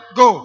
go